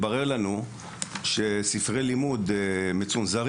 לא משתמשים בספרי לימוד מצונזרים,